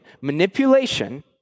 Manipulation